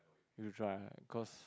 you try cause